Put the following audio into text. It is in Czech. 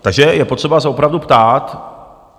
Takže je potřeba se opravdu ptát.